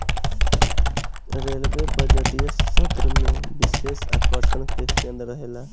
railway बजटीय सत्र में विशेष आकर्षण के केंद्र रहेला